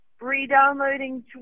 re-downloading